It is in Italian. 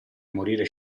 morire